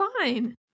fine